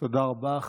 תודה רבה.